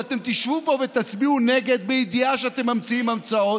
ואתם תשבו פה ותצביעו נגד בידיעה שאתם ממציאים המצאות.